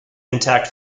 intact